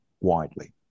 widely